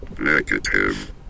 Negative